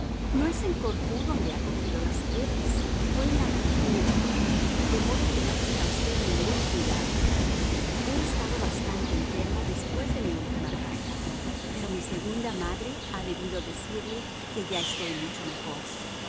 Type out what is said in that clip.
no es en corfú donde ha cogido las fiebres fue en la campiña de roma de modo que no tenga usted ningún cuidado he estado bastante enferma después de mi última carta pero mi segunda madre ha debido decirle que ya estoy mucho mejor